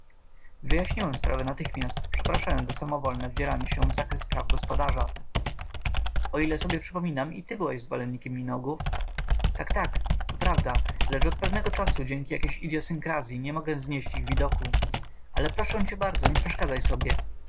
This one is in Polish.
wyjaśniłem sprawę natychmiast przepraszając za samowolne wdzieranie się w zakres praw gospodarza o ile sobie przypominam i ty byłeś zwolennikiem minogów tak tak to prawda lecz od pewnego czasu dzięki jakiejś idyosynkrazyi nie mogę znieść ich widoku ale proszę cię bardzo nie przeszkadzaj sobie